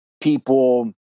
people